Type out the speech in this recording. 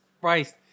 Christ